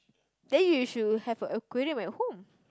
then you should have a aquarium at home